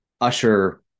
usher